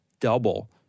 double